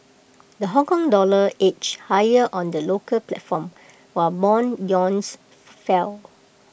the Hongkong dollar edged higher on the local platform while Bond yields fell